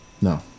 No